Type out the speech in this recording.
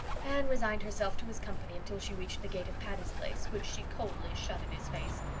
anne resigned herself to his company until she reached the gate of patty's place, which she coldly shut in his face,